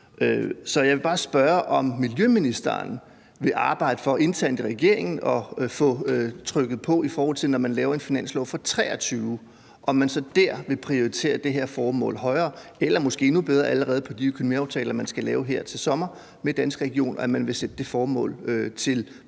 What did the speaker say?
Så jeg vil bare spørge, om miljøministeren vil arbejde for internt i regeringen at få trykket på, når man laver en finanslov for 2023, altså om man så der vil prioritere det her formål højere, eller, måske endnu bedre, at man allerede ved de økonomiaftaler, man skal lave her til sommer med Danske Regioner, vil prioritere det formål,